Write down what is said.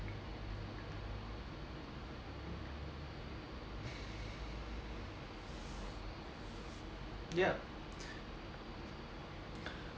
yup